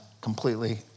completely